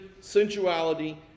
sensuality